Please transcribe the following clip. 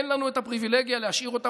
אין לנו את הפריבילגיה להשאיר אותה